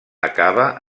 acaba